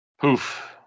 poof